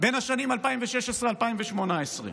בשנים 2016 2018,